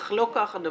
אך לא כך הדבר.